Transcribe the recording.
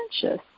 conscious